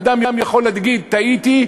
אדם יכול להגיד: טעיתי,